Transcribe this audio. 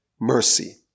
mercy